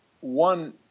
one